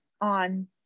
on